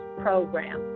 program